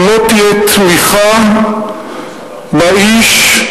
שלא תהיה תמיכה באיש,